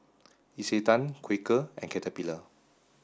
Isetan Quaker and Caterpillar